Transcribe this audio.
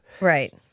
Right